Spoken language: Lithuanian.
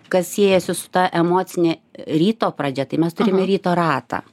kas siejasi su ta emocine ryto pradžia tai mes turime ryto ratą